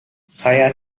saya